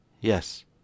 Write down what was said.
Yes